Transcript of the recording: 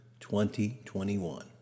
2021